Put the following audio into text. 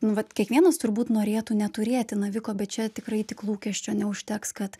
nu vat kiekvienas turbūt norėtų neturėti naviko bet čia tikrai tik lūkesčio neužteks kad